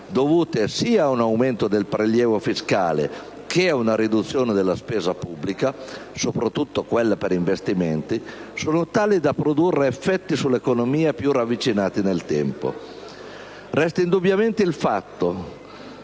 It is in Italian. dovute sia ad un aumento del prelievo fiscale che a una riduzione della spesa pubblica, soprattutto quella per investimenti, sono tali da produrre effetti sull'economia più ravvicinati nel tempo. Resta indubbiamente il fatto